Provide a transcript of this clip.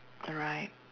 alright